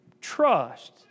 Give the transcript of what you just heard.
trust